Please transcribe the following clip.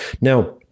Now